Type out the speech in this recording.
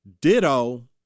Ditto